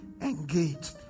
engaged